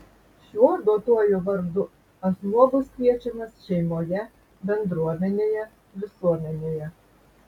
šiuo duotuoju vardu asmuo bus kviečiamas šeimoje bendruomenėje visuomenėje